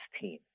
team